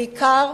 בעיקר,